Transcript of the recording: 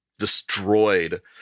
Destroyed